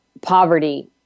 poverty